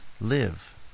live